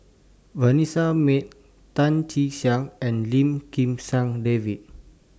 Vanessa Mae Tan Che Sang and Lim Kim San David